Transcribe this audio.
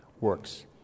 works